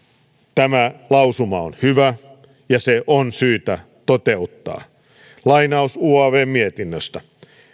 tämä lausuma on hyvä ja se on syytä toteuttaa lainaus uavn mietinnöstä